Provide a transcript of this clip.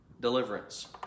Deliverance